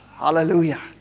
Hallelujah